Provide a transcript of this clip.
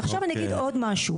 ועכשיו אני אגיד עוד משהו,